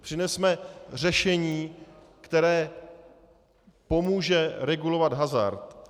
Přinesme řešení, které pomůže regulovat hazard.